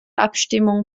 abstimmung